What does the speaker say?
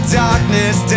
darkness